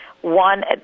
One